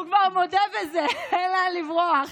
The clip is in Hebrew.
הוא כבר מודה בזה, אין לאן לברוח.